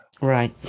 Right